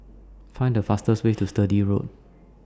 Find The fastest Way to Sturdee Road